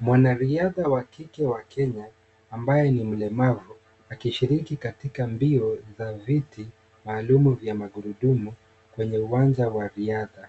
Mwanariadha wa kike wa Kenya ambaye ni mlemavu akishiriki katika mbio za viti maalum vya magurudumu kwenye uwanja wa riadha.